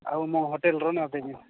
ଆଉ ମୁଁ ହୋଟେଲର